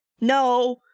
No